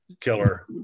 killer